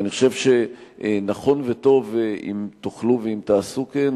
אני חושב שנכון וטוב אם תוכלו ואם תעשו כן.